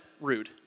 rude